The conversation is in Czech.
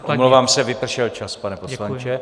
Omlouvám se, vypršel čas, pane poslanče.